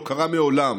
לא קרה מעולם.